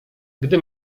gdy